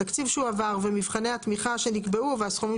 התקציב שהועבר ומבחני התמיכה שנקבעו והסכומים